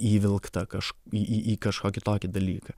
įvilkta kaž į į kažkokį tokį dalyką